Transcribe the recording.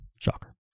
Shocker